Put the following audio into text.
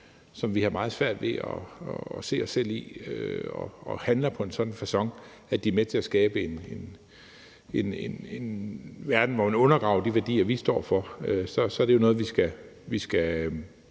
som vi har meget svært ved at se os selv i, og som handler på en sådan facon, at de er med til at skabe en verden, hvor man undergraver de værdier, vi står for, er det jo noget, vi skal